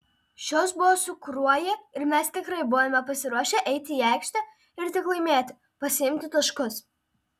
šios buvo su kruoja ir mes tikrai buvome pasiruošę eiti į aikštę ir tik laimėti pasiimti taškus